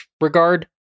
regard